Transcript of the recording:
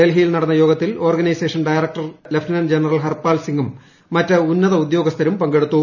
ഡൽഹിയിൽ ഹിട്ടുന്ന് യോഗത്തിൽ ഓർഗനൈസേഷൻ ഡയറക്ടർ ലഫ്റ്റന്റ്റ് ജ്യറിൽ ഹർപാൽ സിംഗും മറ്റ് ഉന്നത ഉദ്യോഗസ്ഥരും പങ്കെടുത്തു